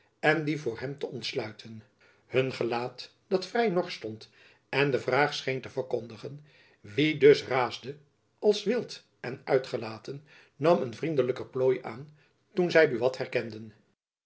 en die voor hem te ontsluiten hun gelaat dat vrij norsch stond en de vraag scheen te verkondigen wie dus raesde als wilt en uytgelaten nam een vriendelijker plooi aan toen zy buat herkenden